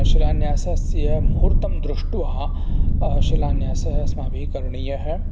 शिलान्यासस्य मुहूर्त्तं दृष्ट्वा शिलान्यासः अस्माभिः करणीयः